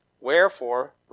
Wherefore